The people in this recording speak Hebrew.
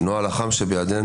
בנוהל אח"מ שבידנו,